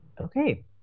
Okay